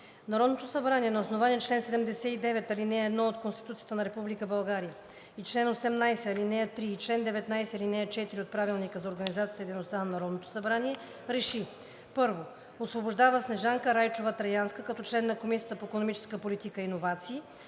Народното събрание на основание чл. 79, ал. 1 от Конституцията на Република България и чл. 18, ал. 3 и чл. 19, ал. 4 от Правилника за организацията и дейността на Народното събрание РЕШИ: 1. Освобождава Снежанка Райчова Траянска като член на Комисията по икономическа политика и иновации.